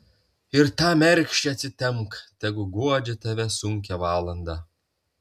ir tą mergšę atsitempk tegu guodžia tave sunkią valandą